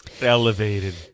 Elevated